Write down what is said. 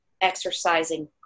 exercising